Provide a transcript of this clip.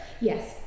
yes